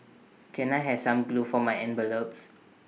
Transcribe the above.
can I have some glue for my envelopes